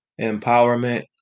empowerment